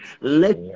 Let